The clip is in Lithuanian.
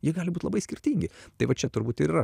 jie gali būt labai skirtingi tai va čia turbūt ir yra